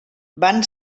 van